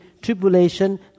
tribulation